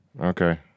Okay